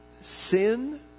sin